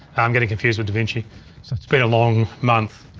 i'm getting confused with davinci. it's been a long month.